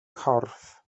corff